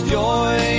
joy